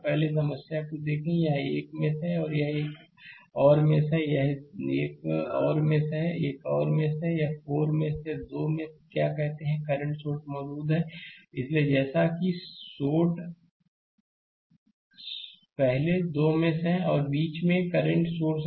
पहले समस्या को देखें यह 1मेष है और यह एक और मेष है यह एक और मेष है यह एक और मेष है 4 मेष हैं इन 2 मेष क्या कहते हैं कि करंट सोर्स मौजूद है और इसलिए जैसा कि शोड पहले 2 मेश हैं और बीच में में करंट सोर्स है